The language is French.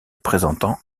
présentant